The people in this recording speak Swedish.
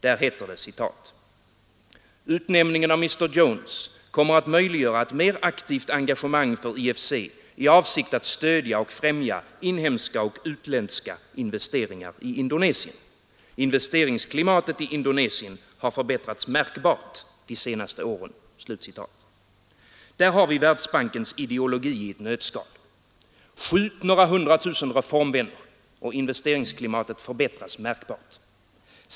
Där heter det: ”——— utnämningen av mr Jones kommer att möjliggöra ett mer aktivt engagemang för IFC i avsikt att stödja och främja inhemska och utländska investeringar i Indonesien.” ——— ”Investeringsklimatet i Indonesien har förbättrats märkbart de senaste åren.” Där har vi Världsbankens ideologi i ett nötskal. Skjut några hundratusen reformvänner och investeringsklimatet förbättras märkbart.